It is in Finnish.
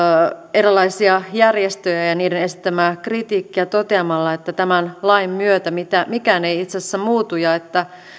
erilaisia järjestöjä ja ja niiden esittämää kritiikkiä toteamalla että tämän lain myötä mikään ei itse asiassa muutu ja että